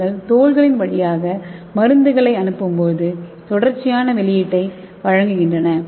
என்கள் தோல்களின் வழியாக மருந்தை அனுப்பும்போது தொடர்ச்சியான வெளியீட்டை வழங்குகின்றன